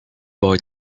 boy